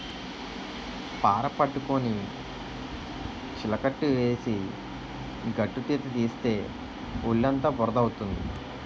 పార పట్టుకొని చిలకట్టు వేసి గట్టుతీత తీస్తే ఒళ్ళుఅంతా బురద అవుతుంది